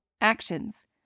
Actions